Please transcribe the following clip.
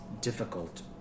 difficult